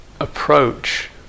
approach